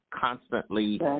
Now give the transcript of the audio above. constantly